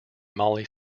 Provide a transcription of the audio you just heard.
molly